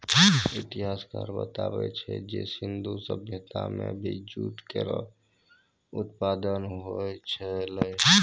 इतिहासकार बताबै छै जे सिंधु सभ्यता म भी जूट केरो उत्पादन होय छलै